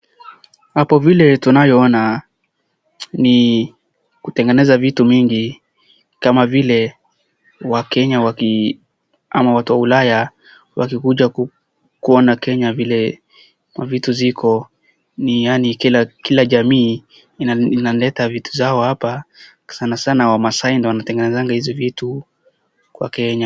Hapo vile tunavyoona ni kutengeneza vitu mingi kama vile watu wa Ulaya wakikuja kuona Kenya vile mavitu ziko. Kila jamii inaleta vitu zao hapa sanasana Maasai wanatengeneza hizo vitu kwa Kenya.